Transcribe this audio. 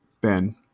Ben